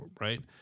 Right